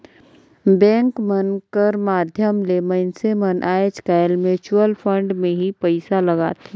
bank मन कर माध्यम ले मइनसे मन आएज काएल म्युचुवल फंड में ही पइसा लगाथें